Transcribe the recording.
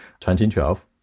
2012